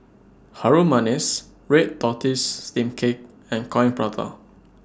Harum Manis Red Tortoise Steamed Cake and Coin Prata